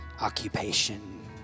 occupation